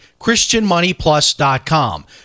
christianmoneyplus.com